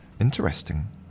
Interesting